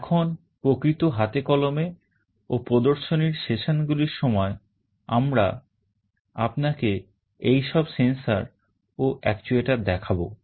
এখন প্রকৃত হাতে কলমে ও প্রদর্শনীর session গুলির সময় আমরা আপনাকে এইসব sensor ও actuator দেখাবো